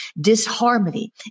disharmony